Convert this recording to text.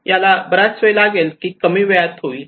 याला बराच वेळ लागेल की हे कमी वेळात होईल